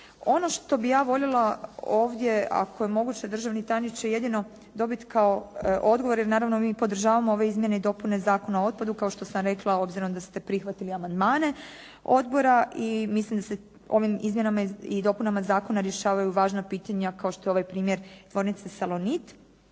Ono što bih ja voljela ovdje ako je moguće državni tajniče jedino dobiti kao odgovor, jer naravno mi podržavamo ove izmjene i dopune Zakona o otpadu kao što sam rekla obzirom da ste prihvatili amandmane odbora. I mislim da se ovim izmjenama i dopunama zakona rješavaju važna pitanja kao što je ovaj primjer tvornice “Salonit“.